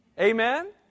Amen